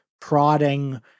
prodding